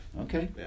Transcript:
Okay